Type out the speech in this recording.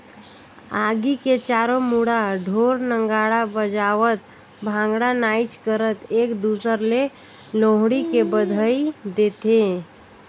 आगी के चारों मुड़ा ढोर नगाड़ा बजावत भांगडा नाचई करत एक दूसर ले लोहड़ी के बधई देथे